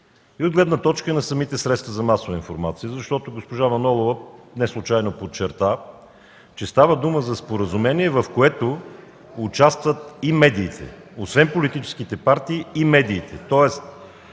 и от гледна точка на самите средства за масова информация. Госпожа Манолова неслучайно подчерта, че става дума за споразумение, в което участват и медиите, освен политическите партии и медиите.